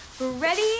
Ready